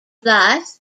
blyth